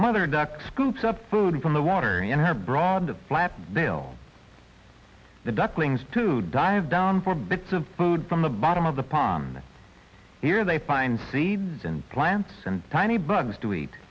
mother duck scoops up food from the water and her broad flat bill the ducklings to dive down for bits of food from the bottom of the pond here they find seeds and plants and tiny bugs to eat